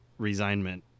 resignment